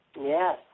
Yes